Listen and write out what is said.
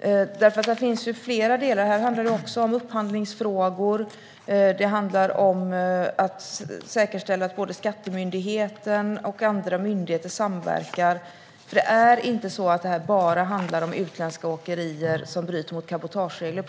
Här finns flera delar. Det handlar också om upphandlingsfrågor och att säkerställa att Skatteverket och andra myndigheter samverkar. Det är inte så att det bara handlar om utländska åkerier som bryter mot cabotageregler.